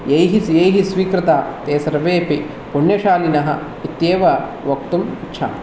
यैः यैः स्वीकृता ते सर्वेऽपि पुण्यशालिनः इत्येव वक्तुम् इच्छामि